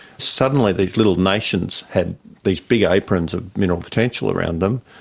suddenly these little nations had these big aprons of mineral potential around them.